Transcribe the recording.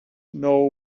know